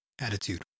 Attitude